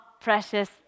precious